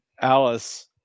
Alice